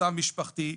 מצב משפחתי,